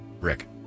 Rick